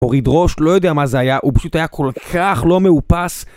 הוריד ראש, לא יודע מה זה היה, הוא פשוט היה כל כך לא מאופס.